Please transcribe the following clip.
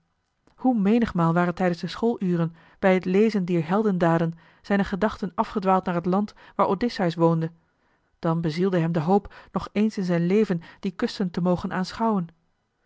hoe menigmaal waren tijdens de schooluren bij het lezen dier heldendaden zijne gedachten afgedwaald naar het land waar odysseus woonde dan bezielde hem de hoop nog eens in zijn leven die kusten te mogen aanschouwen